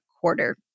quarter